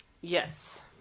Yes